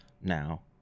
now